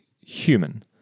human